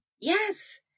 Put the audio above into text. Yes